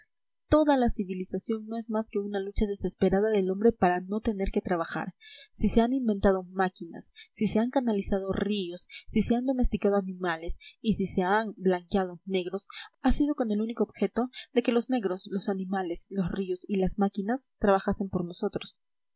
toda la civilización no es más que una lucha desesperada del hombre para no tener que trabajar si se han inventado máquinas si se han canalizado ríos si se han domesticado animales y si se han blanqueado negros ha sido con el único objeto de que los negros los animales los ríos y las máquinas trabajasen por nosotros